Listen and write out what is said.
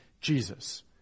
Jesus